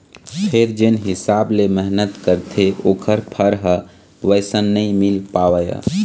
फेर जेन हिसाब ले मेहनत करथे ओखर फर ह वइसन नइ मिल पावय